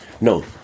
no